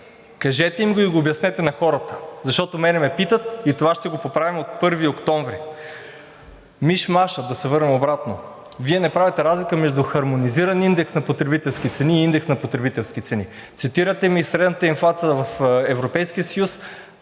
Кажете им го и го обяснете на хората, защото мен ме питат и това ще го поправим от 1 октомври. Миш-машът, да се върнем обратно. Вие не правите разлика между хармонизиран индекс на потребителски цени и индекс на потребителски цени. Цитирате ми средната инфлация в Европейския съюз,